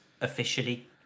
officially